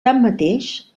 tanmateix